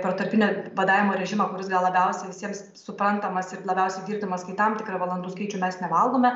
protarpinį badavimo režimą kuris gal labiausiai visiems suprantamas ir labiausiai girdimas kai tam tikrą valandų skaičių mes nevalgome